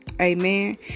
Amen